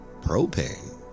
Propane